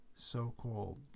so-called